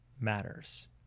matters